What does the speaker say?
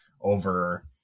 over